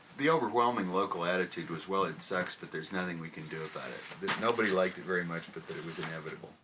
the overwhelming local attitude was well, it sucks, but there's nothing we can do about it. there's nobody liked it very much, but that it was inevitable.